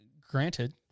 granted